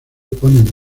ponen